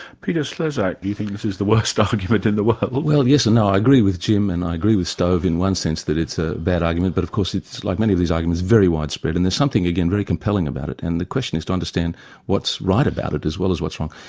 peter slezak, do you think this is the worst argument in the world? well well yes and no. i agree with jim and i agree with stove in one sense that it's a bad argument, but of course it's like many of these arguments, very widespread, and there's something again very compelling about it, and the question is to understand what's right about it as well as what's wrong.